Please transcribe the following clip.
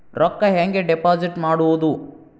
ರೊಕ್ಕ ಹೆಂಗೆ ಡಿಪಾಸಿಟ್ ಮಾಡುವುದು?